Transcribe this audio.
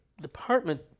department